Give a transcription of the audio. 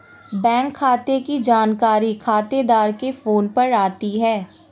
bank खाते की जानकारी खातेदार के फोन पर आती है